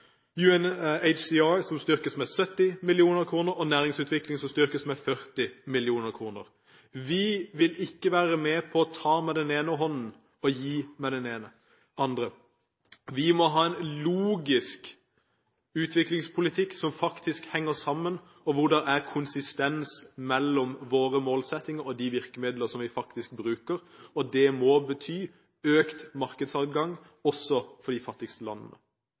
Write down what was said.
styrkes med 70 mill. kr, og næringsutvikling styrkes med 40 mill. kr. Vi vil ikke være med på å ta med den ene hånden og gi med den andre. Vi må ha en logisk utviklingspolitikk som faktisk henger sammen, hvor det er konsistens mellom våre målsettinger og de virkemidler som vi faktisk bruker. Det må bety økt markedsadgang også for de fattigste landene.